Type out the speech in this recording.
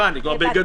(היו"ר יעקב אשר) בגדול,